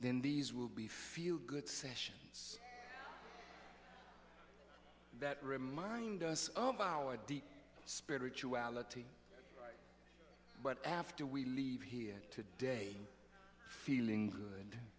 then these will be feel good sessions that remind us of our deep spirituality but after we leave here today feeling